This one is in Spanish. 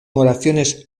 oraciones